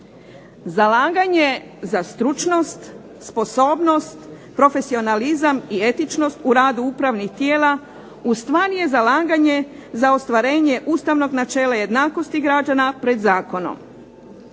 Zalaganje za stručnost, sposobnost, profesionalizam i etičnost u radu upravnih tijela ustvari je zalaganje za ostvarenje ustavnog načela jednakosti građana pred zakonom.